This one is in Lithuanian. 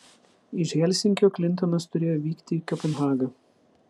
iš helsinkio klintonas turėjo vykti į kopenhagą